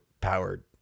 powered